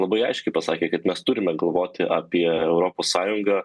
labai aiškiai pasakė kad mes turime galvoti apie europos sąjungą